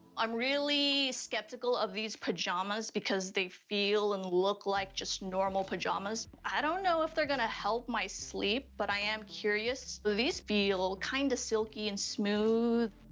i'm really skeptical of these pajamas, because they feel and look like just normal pajamas. i don't know if they're gonna help my sleep, but i am curious. these feel kinda kind of silky and smooth.